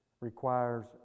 requires